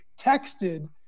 texted